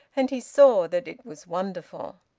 and he saw that it was wonderful.